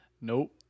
Nope